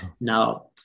Now